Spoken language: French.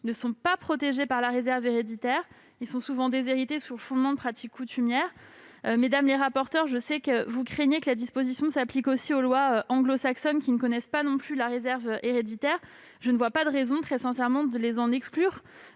ne sont pas protégés par la réserve héréditaire : ils sont souvent déshérités sur le fondement de pratiques coutumières. Mesdames les rapporteures, je sais que vous craignez que la disposition ne s'applique aussi aux lois anglo-saxonnes, qui ne connaissent pas non plus la réserve héréditaire. Très sincèrement, je ne vois pas de raison de les en exclure